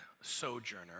sojourner